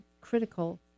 critical